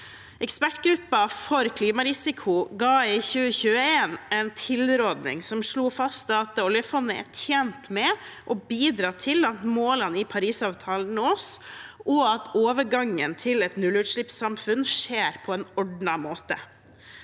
Ekspertgruppen for klimarisiko ga i 2021 en tilrådning som slo fast at oljefondet er tjent med å bidra til at målene i Parisavtalen nås, og at overgangen til et nullutslippssamfunn skjer på en ordnet måte.